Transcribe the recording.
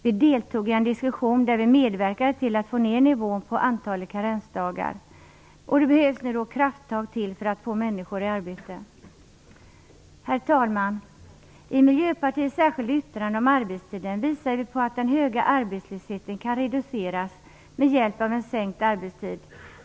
Vi deltog i en diskussion där vi medverkade till att få ned nivån på antalet karensdagar. Det behövs nu krafttag för att få människor i arbete. Herr talman! I Miljöpartiets särskilda yttrande om arbetstiden visar vi på att den höga arbetslösheten kan reduceras med hjälp av en sänkt arbetstid.